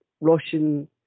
Russian